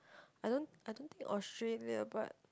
I don't I don't think Australia but